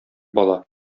бала